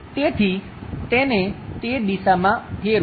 તેથી તેને તે દિશામાં ફેરવો